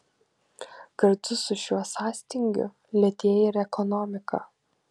kartu su šiuo sąstingiu lėtėja ir ekonomika